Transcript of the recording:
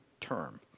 term